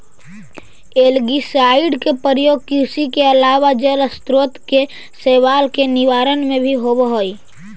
algicide के प्रयोग कृषि के अलावा जलस्रोत के शैवाल के निवारण में भी होवऽ हई